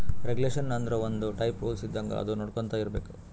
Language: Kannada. ರೆಗುಲೇಷನ್ ಆಂದುರ್ ಒಂದ್ ಟೈಪ್ ರೂಲ್ಸ್ ಇದ್ದಂಗ ಅದು ನೊಡ್ಕೊಂತಾ ಇರ್ಬೇಕ್